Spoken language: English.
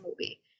movie